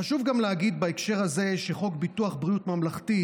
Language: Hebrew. חשוב גם להגיד בהקשר הזה שחוק ביטוח בריאות ממלכתי,